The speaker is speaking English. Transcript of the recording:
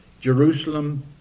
Jerusalem